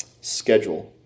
Schedule